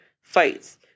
fights